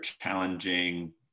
challenging